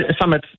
summit